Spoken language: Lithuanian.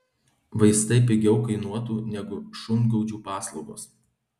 vaistai pigiau kainuotų negu šungaudžių paslaugos